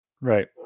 Right